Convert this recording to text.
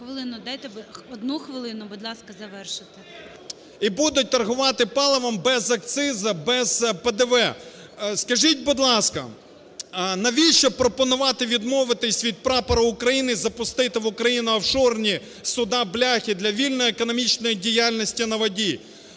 Хвилину дайте, одну хвилину, будь ласка, завершити. ВАДАТУРСЬКИЙ А.О. І будуть торгувати паливом без акцизу, без ПДВ. Скажіть, будь ласка, навіщо пропонувати відмовитись від прапора України, запустити в Україну офшорні суда-бляхи для вільної економічної діяльності на воді?